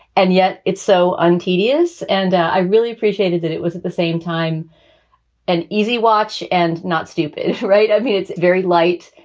and yet it's so and tedious. and i really appreciated that it was at the same time an easy watch and not stupid. right. i mean, it's very light,